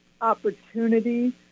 opportunity